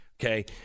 Okay